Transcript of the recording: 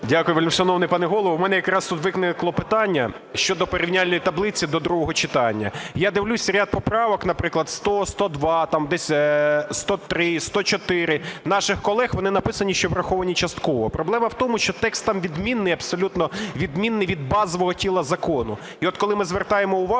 Дякую, вельмишановний пане Голово. У мене якраз тут клопотання щодо порівняльної таблиці до другого читання. Я дивлюсь, ряд поправок (наприклад, 100, 102, 103, 104) наших колег, вони написані, що враховані частково. Проблема в тому, що текст там відмінний, абсолютно відмінний від базового тіла закону. І от коли ми звертаємо увагу,